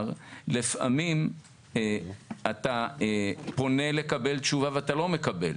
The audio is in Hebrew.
לפעמים אתה פונה לקבל תשובה ואתה לא מקבל,